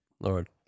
Lord